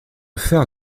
faire